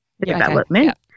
development